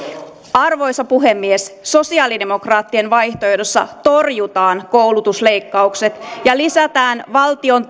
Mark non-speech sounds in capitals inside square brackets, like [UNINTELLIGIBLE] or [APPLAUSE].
arvoisa puhemies sosialidemokraattien vaihtoehdossa torjutaan koulutusleikkaukset ja lisätään valtion [UNINTELLIGIBLE]